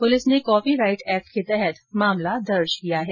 police ने copyright act के तहत मामला दर्ज किया है